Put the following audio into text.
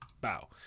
Bow